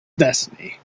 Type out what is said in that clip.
destiny